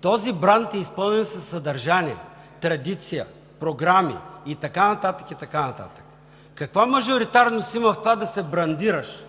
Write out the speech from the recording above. Този бранд е изпълнен със съдържание, традиция, програми и така нататък, и така нататък. Каква мажоритарност има в това да се брандираш